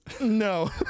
No